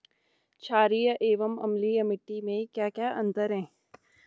छारीय एवं अम्लीय मिट्टी में क्या क्या अंतर हैं?